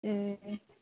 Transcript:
ए